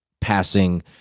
passing